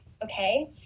Okay